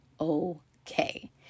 okay